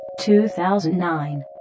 2009